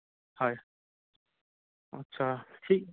হয় আচ্ছা ঠিক